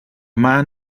man